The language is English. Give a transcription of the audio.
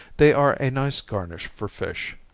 they are a nice garnish for fish.